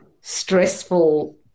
stressful